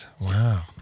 Wow